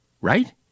right